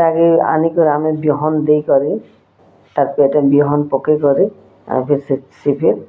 ତାହାକେ ଆନିକି ଆମେ ବିହନ୍ ଦେଇକରି ତାର୍ ପେଟେ ବିହନ୍ ପକେଇ କରି ସେ ସେ ଫେର୍